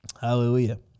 Hallelujah